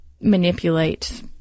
manipulate